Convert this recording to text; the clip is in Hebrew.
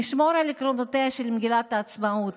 נשמור על עקרונותיה של מגילת העצמאות,